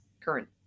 current